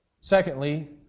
Secondly